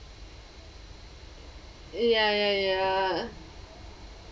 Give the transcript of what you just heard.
ya ya ya